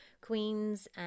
queens